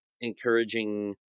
encouraging